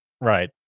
Right